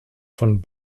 von